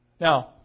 Now